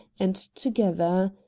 and together.